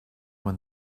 when